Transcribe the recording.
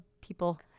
people